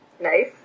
Nice